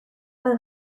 bat